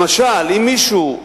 למשל, אם מישהו,